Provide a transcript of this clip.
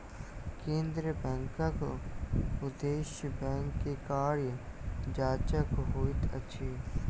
केंद्रीय बैंकक उदेश्य बैंक के कार्य जांचक होइत अछि